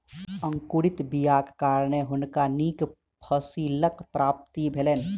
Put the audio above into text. अंकुरित बीयाक कारणें हुनका नीक फसीलक प्राप्ति भेलैन